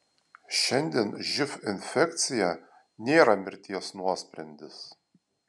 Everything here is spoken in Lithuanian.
šiandien živ infekcija nėra mirties nuosprendis